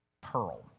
pearl